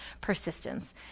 persistence